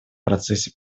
процессе